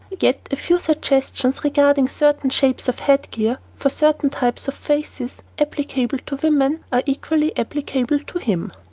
yet a few suggestions regarding certain shapes of head-gear for certain types of faces, applicable to women are equally applicable to him.